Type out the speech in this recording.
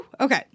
okay